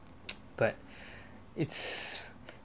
but it's